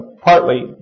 partly